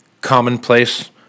commonplace